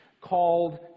called